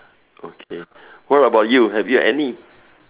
okay what about you have you any